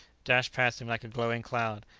dashed past him like a glowing cloud,